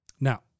Now